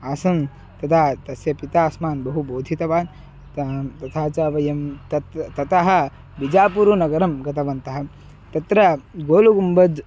आसन् तदा तस्य पिता अस्मान् बहु बोधितवान् तां तथा च वयं तत् ततः बिजापुरुनगरं गतवन्तः तत्र गोलुगुम्बज्